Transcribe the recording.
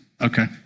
okay